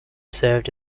served